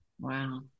Wow